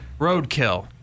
roadkill